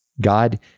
God